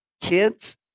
kids